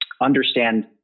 understand